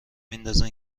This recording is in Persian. میندازین